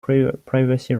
privacy